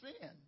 sin